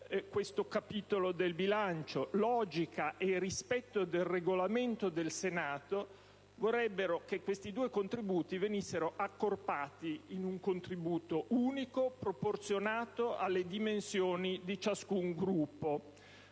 questo capitolo del bilancio. Logica e rispetto del Regolamento del Senato vorrebbero che i due contributi in esso previsti venissero accorpati in un contributo unico, proporzionato alle dimensioni di ciascun Gruppo.